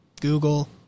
Google